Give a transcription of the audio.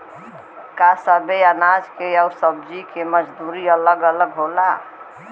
का सबे अनाज के अउर सब्ज़ी के मजदूरी अलग अलग होला?